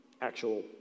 actual